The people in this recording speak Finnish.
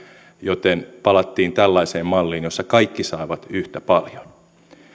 joten palattiin tällaiseen malliin jossa kaikki saavat yhtä paljon